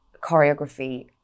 choreography